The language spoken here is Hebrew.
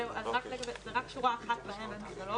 זאת רק שורה אחת באמצע האוטובוס,